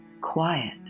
Quiet